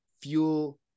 fuel